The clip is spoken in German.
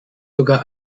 sogar